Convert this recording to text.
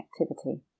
activity